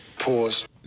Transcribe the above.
Pause